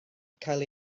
cael